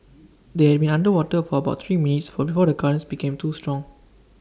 they had been underwater for about three minutes for before the currents became too strong